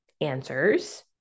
answers